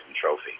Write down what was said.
Trophy